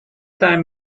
time